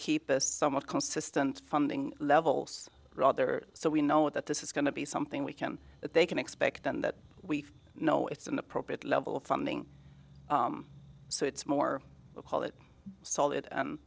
keep us somewhat consistent funding levels rather so we know that this is going to be something we can they can expect and that we know it's an appropriate level of funding so it's more that solid